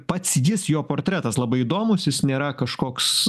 pats jis jo portretas labai įdomus jis nėra kažkoks